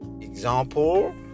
example